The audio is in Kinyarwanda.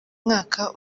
mwaka